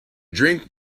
drink